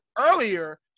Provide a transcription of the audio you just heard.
earlier